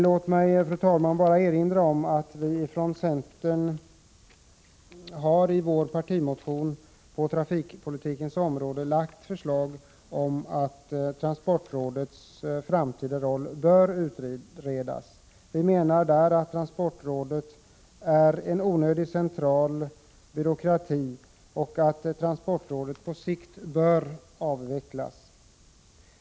Låt mig, fru talman, bara erinra om att vi från centern i vår partimotion på trafikpolitikens område har lagt fram förslag om att transportrådets framtida roll skall utredas. Vi menar att transportrådet är en onödig central byråkrati och att transportrådet på sikt bör avvecklas.